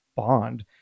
Bond